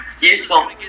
useful